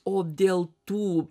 o dėl tų